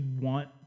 want